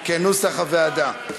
כנוסח הוועדה.